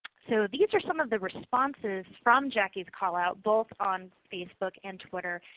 so these are some of the responses from jackie's call out, both on facebook and twitter.